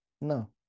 No